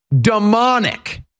demonic